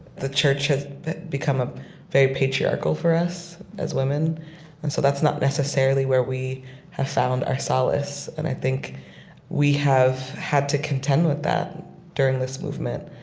the church has become ah very patriarchal for us as women and so that's not necessarily where we have found our solace. and i think we have had to contend with that during this movement.